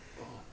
orh